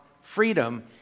freedom